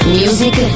music